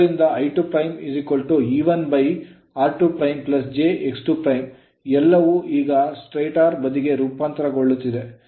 ಆದ್ದರಿಂದ I2' E1 r2' j X2' ಎಲ್ಲವೂ ಈಗ ಸ್ಟಾಟರ್ ಬದಿಗೆ ರೂಪಾಂತರಗೊಳ್ಳುತ್ತಿದೆ